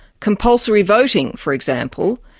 compulsory voting, for example,